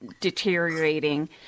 deteriorating